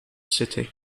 city